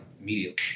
immediately